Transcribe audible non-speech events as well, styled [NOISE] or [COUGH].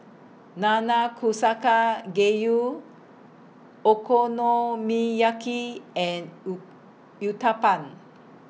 Nanakusa [UNINTELLIGIBLE] Gayu Okonomiyaki and [UNINTELLIGIBLE] Uthapam